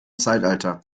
zeitalter